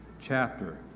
chapter